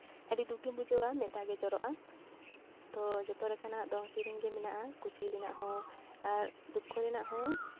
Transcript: ᱟᱹᱰᱤ ᱫᱩᱠ ᱜᱮᱢ ᱵᱩᱡᱷᱟᱹᱣᱟ ᱢᱮᱸᱫ ᱫᱟᱜ ᱜᱮ ᱡᱚᱨᱚᱜᱼᱟ ᱛᱚ ᱡᱚᱛᱚ ᱞᱮᱠᱟᱱᱟᱜ ᱫᱚᱝ ᱥᱮᱨᱮᱧ ᱜᱮ ᱢᱮᱱᱟᱜᱼᱟ ᱠᱩᱥᱤ ᱨᱮᱱᱟᱜ ᱦᱚᱸ ᱟᱨ ᱫᱩᱠᱠᱷᱚ ᱨᱮᱱᱟᱜ ᱦᱚᱸ